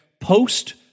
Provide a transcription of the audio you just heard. post